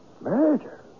Murder